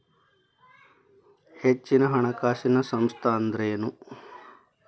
ಹೆಚ್ಚಿನ ಹಣಕಾಸಿನ ಸಂಸ್ಥಾ ಅಂದ್ರೇನು?